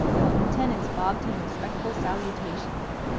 while the tenants bobbed him respectful salutations.